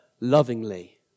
lovingly